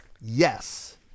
Yes